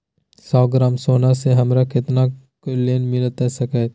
सौ ग्राम सोना से हमरा कितना के लोन मिलता सकतैय?